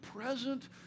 present